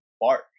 bark